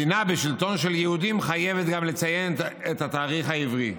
מדינה בשלטון של יהודים חייבת גם לציין את התאריך העברי,